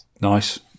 nice